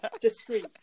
discreet